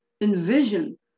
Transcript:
envision